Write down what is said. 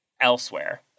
elsewhere